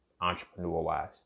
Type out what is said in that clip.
entrepreneur-wise